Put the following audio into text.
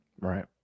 Right